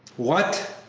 what!